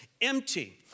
empty